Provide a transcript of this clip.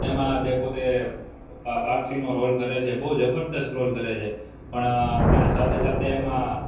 એમાં તે પોતે પારસીનો રોલ કરે છે બહુ જબરદસ્ત રોલ કરે છે પણ અને સાથે સાથે એમાં